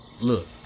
Look